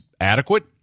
adequate